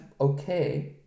okay